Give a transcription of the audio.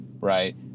right